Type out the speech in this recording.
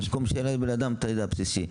במקום שיהיה לבן אדם את הידע הבסיסי,